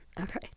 Okay